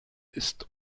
ist